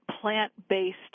plant-based